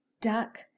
duck